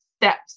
steps